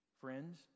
Friends